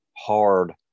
hard